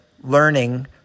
learning